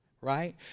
right